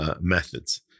methods